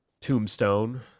tombstone